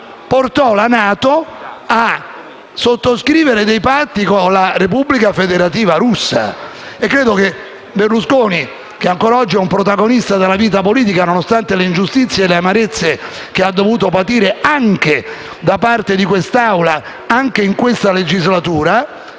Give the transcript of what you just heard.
portò la NATO a sottoscrivere dei patti con la Federazione russa. Ebbene, credo che Berlusconi, che ancora oggi è un protagonista della vita politica, nonostante le ingiustizie e le amarezze che ha dovuto patire, anche da parte di questa Assemblea, anche in questa legislatura